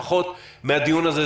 לפחות מהדיון הזה,